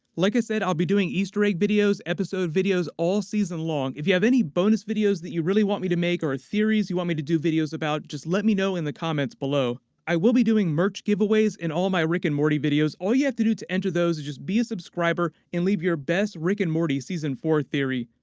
like i said, i'll be doing easter egg videos, episode videos, all season long. if you have any bonus videos that you really want me to make, or theories you want me to do videos about, just let me know in the comments below. i will be doing merch giveaways in all my rick and morty videos. all you have to do to enter those is just be a subscriber, and leave your best rick and morty season four theory.